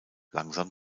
langsam